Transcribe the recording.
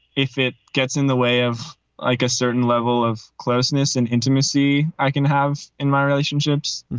if it gets in the way of like a certain level of closeness and intimacy i can have in my relationships